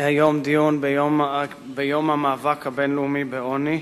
הדיון היום, ביום המאבק הבין-לאומי בעוני.